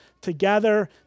together